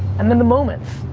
and then the moments.